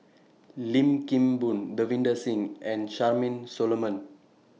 Lim Kim Boon Davinder Singh and Charmaine Solomon